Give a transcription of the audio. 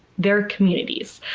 they are communities.